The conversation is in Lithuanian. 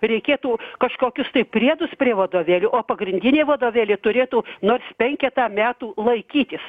reikėtų kažkokius tai priedus prie vadovėlių o pagrindiniai vadovėliai turėtų nors penketą metų laikytis